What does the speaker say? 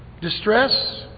Distress